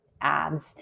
ads